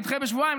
נדחה בשבועיים,